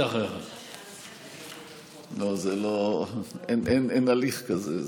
לא, אין הליך כזה.